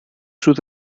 sus